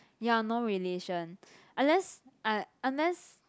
ya no relation unless uh unless